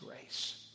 grace